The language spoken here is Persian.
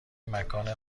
مکان